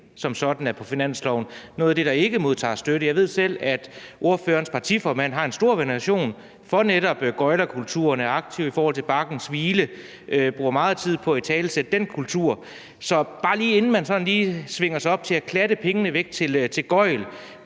som sådan er på finansloven, noget af det, der ikke modtager støtte. Jeg ved, at ordførerens partiformand har stor veneration for netop gøglerkulturen og er aktiv i forhold til Bakkens Hvile og bruger meget tid på at italesætte den kultur. Så bare lige inden man svinger sig for meget op i forhold til at